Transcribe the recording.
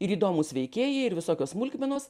ir įdomūs veikėjai ir visokios smulkmenos